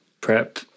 prep